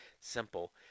Simple